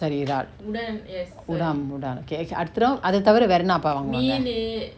சரி ரால்:sari raal udam udang okay okay அடுத்த:adutha round அத தவிர வேர என்ன அப்பா வாங்குவாங்க:atha thavira vera enna appa vaanguvanga